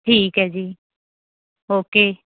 ਠੀਕ ਹੈ ਜੀ ਓਕੇ